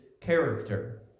character